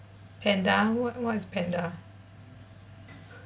panda what what is panda